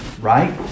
Right